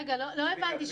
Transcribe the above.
רגע, לא הבנתי.